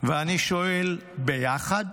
ואני שואל, ביחד?